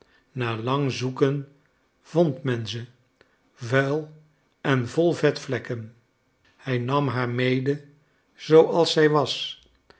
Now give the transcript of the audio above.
na lang zoeken vond men ze vuil en vol vetvlekken hij nam haar mede zooals zij was